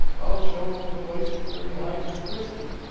i'll show em the places where he hides his whiskey.